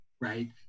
right